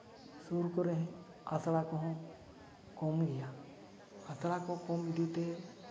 ᱥᱩᱨ ᱠᱚᱨᱮ ᱟᱥᱲᱟ ᱠᱚᱦᱚᱸ ᱠᱚᱢ ᱜᱮᱭᱟ ᱟᱥᱲᱟ ᱠᱚ ᱠᱚᱢ ᱤᱫᱤ ᱛᱮ